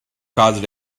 caused